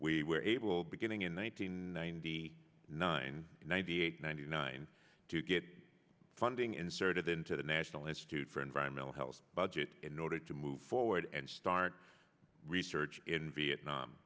we were able beginning in one nine hundred ninety nine ninety eight ninety nine to get funding inserted into the national institute for environmental health budget in order to move forward and start research in vietnam